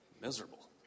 miserable